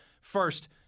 first